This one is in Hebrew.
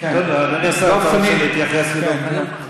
אדוני השר, אתה רוצה להתייחס לדוברים?